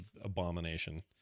abomination